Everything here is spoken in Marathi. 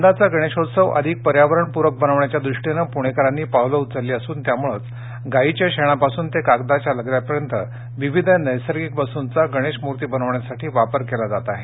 यंदाचा गणेशोत्त्सव अधिक पर्यावरणप्रक बनवण्याच्या दृष्टीनं पुणेकरांनी पावलं उचलली असून त्यामुळंच गायीच्या शेणापासून ते कागदाच्या लगद्यापर्यंत विविध नस्तर्गिक वस्तूंचा गणेश मूर्ती बनवण्यासाठी वापर केला जात आहे